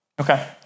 Okay